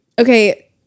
Okay